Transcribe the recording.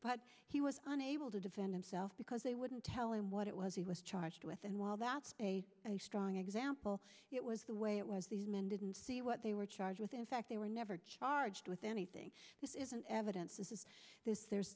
but he was unable to defend himself because they wouldn't tell him what it was he was charged with and while that's a strong example it was the way it was these men didn't see what they were charged with in fact they were never charged with anything this isn't evidence this is